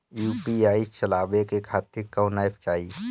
UPI चलवाए के खातिर कौन एप चाहीं?